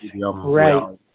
Right